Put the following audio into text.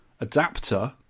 adapter